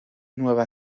nueva